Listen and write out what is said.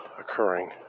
occurring